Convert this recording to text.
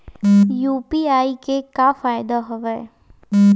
UPI के का फ़ायदा हवय?